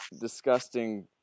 disgusting